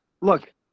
look